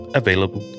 available